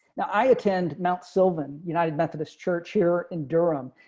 now i attend mount sylvan united methodist church here in durham,